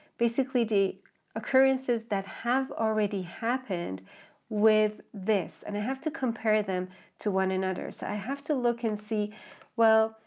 basically the occurrences that have already happened with this and i have to compare them to one another. so i have to look and see well,